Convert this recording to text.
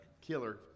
killer